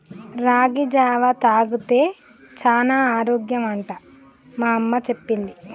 రాగి జావా తాగితే చానా ఆరోగ్యం అంట మా అమ్మ చెప్పింది